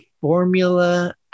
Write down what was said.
formula